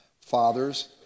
fathers